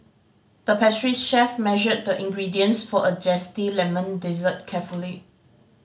the pastry chef measured the ingredients for a zesty lemon dessert carefully